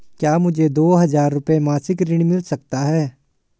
क्या मुझे दो हज़ार रुपये मासिक ऋण मिल सकता है?